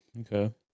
Okay